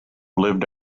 lived